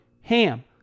HAM